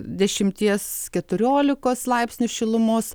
dešimties keturiolikos laipsnių šilumos